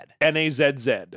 N-A-Z-Z